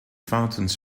fountains